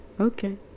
Okay